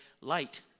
light